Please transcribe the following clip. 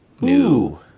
new